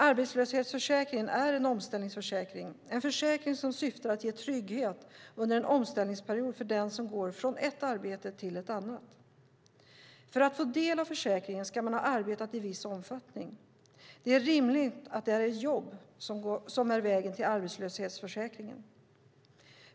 Arbetslöshetsförsäkringen är en omställningsförsäkring, en försäkring som syftar till att ge trygghet under en omställningsperiod för den som går från ett arbete till ett annat. För att få del av försäkringen ska man ha arbetat i viss omfattning. Det är rimligt att det är jobb som är vägen till en arbetslöshetsförsäkring.